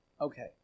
Okay